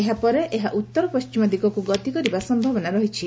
ଏହାପରେ ଏହା ଉତ୍ତର ପଣ୍କିମ ଦିଗକୁ ଗତିକରିବା ସମ୍ଭାବନା ରହିଛି